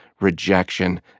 rejection